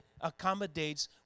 accommodates